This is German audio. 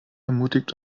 ermutigt